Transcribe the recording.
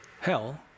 hell